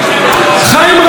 חיים רמון,